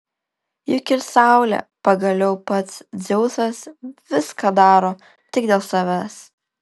juk ir saulė pagaliau pats dzeusas viską daro tik dėl savęs